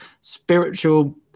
spiritual